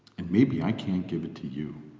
and maybe i can't give it to you.